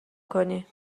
کنی